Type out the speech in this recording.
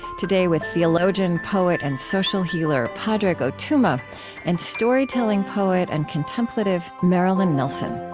today with theologian, poet, and social healer padraig o tuama and storytelling poet and contemplative marilyn nelson